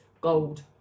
gold